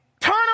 Turn